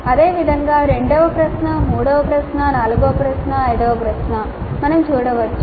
అదేవిధంగా రెండవ ప్రశ్న మూడవ ప్రశ్న నాల్గవ ప్రశ్న ఐదవ ప్రశ్న మీరు చూడవచ్చు